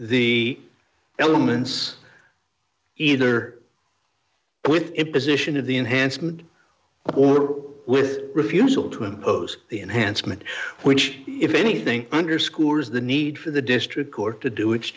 the elements either with it position of the enhancement or with refusal to impose the enhancement which if anything under schools the need for the district court to do its